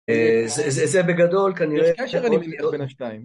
זה זה זה בגדול, כנראה, -יש קשר אני מניח בין השתיים.